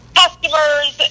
customers